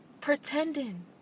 pretending